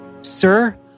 Sir